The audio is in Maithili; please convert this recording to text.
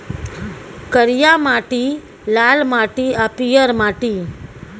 करिया माटि, लाल माटि आ पीयर माटि